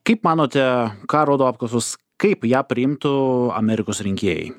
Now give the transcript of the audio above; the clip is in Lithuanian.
kaip manote ką rodo apklausos kaip ją priimtų amerikos rinkėjai